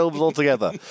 altogether